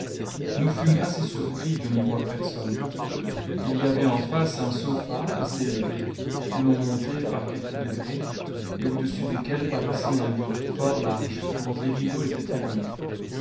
nous fûmes assez surpris de n'y voir personne il y avait en face un sopha assez élevé où l'on montait par quelques degrés et audessus duquel paraissait un lit fort large dont les rideaux étaient fermés